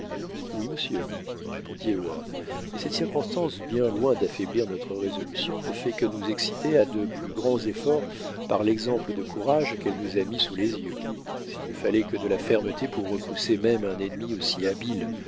oui monsieur répondit heyward mais cette circonstance bien loin d'affaiblir notre résolution ne fait que nous exciter à de plus grands efforts par l'exemple de courage qu'elle nous a mis sous les yeux s'il ne fallait que de la fermeté pour repousser même un ennemi aussi habile